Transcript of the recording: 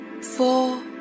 four